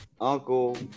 uncle